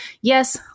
Yes